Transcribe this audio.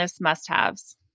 must-haves